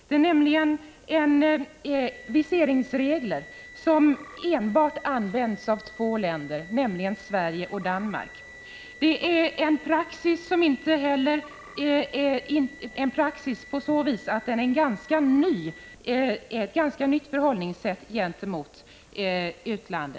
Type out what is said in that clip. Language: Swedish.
Det är viseringsregler som används enbart av två länder, nämligen Sverige och Danmark. Inte heller är det någon praxis; det är ett ganska nytt förhållningssätt gentemot utlandet.